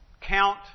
count